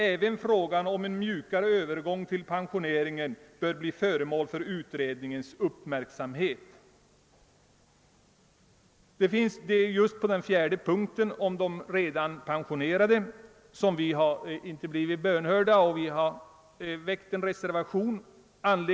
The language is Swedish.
——— Även frågan om en mjukare övergång till pensioneringen bör bli föremål för utredningens uppmärksamhet.» Vad beträffar vårt krav i den fjärde punkten rörande förmånerna för de redan pensionerade har vi inte blivit bönhörda, och därför har vi där avgivit en reservation till utskottets utlåtande.